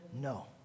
no